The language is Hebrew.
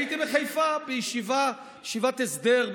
הייתי בחיפה בישיבה, ישיבת הסדר.